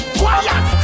quiet